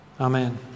Amen